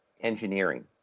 engineering